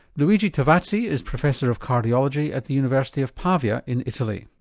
luigi tavazzi is professor of cardiology at the university of pavia in italy.